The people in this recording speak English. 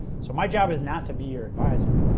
so my job is not to be your advisor.